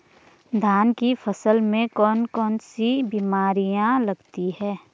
धान की फसल में कौन कौन सी बीमारियां लगती हैं?